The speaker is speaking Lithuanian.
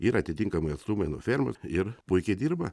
ir atitinkamai atstumai nuo fermos ir puikiai dirba